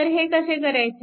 तर हे कसे करायचे